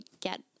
get